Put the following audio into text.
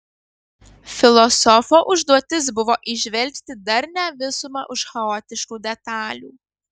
filosofo užduotis buvo įžvelgti darnią visumą už chaotiškų detalių